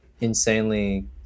insanely